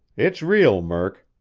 it's real, murk,